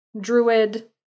druid